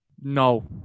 No